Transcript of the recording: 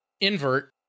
invert